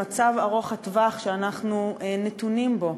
למצב ארוך הטווח שאנחנו נתונים בו.